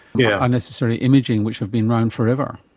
yeah unnecessary imaging which have been around forever?